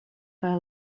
kaj